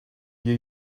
you